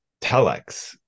telex